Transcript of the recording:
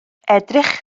edrych